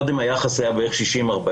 קודם היחס היה בערך 60-40,